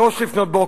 03:00,